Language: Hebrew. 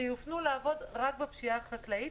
שיופנו לעבוד רק בפשיעה החקלאית.